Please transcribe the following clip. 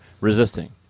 resisting